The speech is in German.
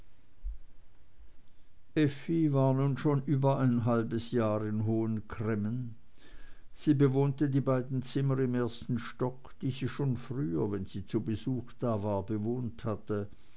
war nun schon über ein halbes jahr in hohen cremmen sie bewohnte die beiden zimmer im ersten stock die sie schon früher wenn sie zu besuch da war bewohnt hatte